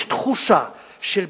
יש תחושה של בדידות,